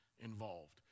involved